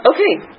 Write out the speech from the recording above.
okay